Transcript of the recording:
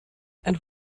and